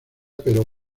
pero